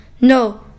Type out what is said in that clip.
No